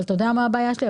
אבל אתה יודע מה הבעיה שלי?